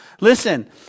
Listen